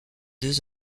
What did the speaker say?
deux